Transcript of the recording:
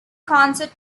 concert